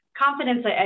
Confidence